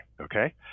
okay